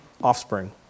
offspring